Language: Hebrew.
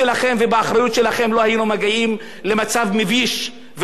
מגיעים למצב מביש ולא אחראי כמו המצב הזה.